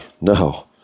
No